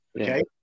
Okay